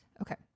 Okay